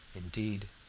indeed,